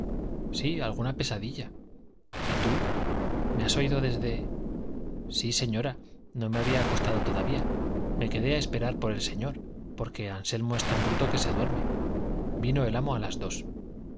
sí alguna pesadilla y tú me has oído desde sí señora no me había acostado todavía me quedé a esperar por el señor porque anselmo es tan bruto que se duerme vino el amo a las dos